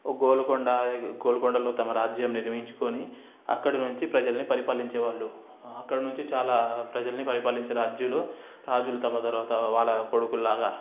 ఓ గోల్కొండ ఇది గోల్కొండలో తమ రాజ్యం నిర్మించుకొని అక్కడ నుంచి ప్రజలని పరిపాలించేవాళ్ళు అక్కడ నుంచి చాలా ప్రజల్ని పరిపాలించే రాజులు రాజులు తమ తరువాత వాళ్ళ కొడుకుల్లాగా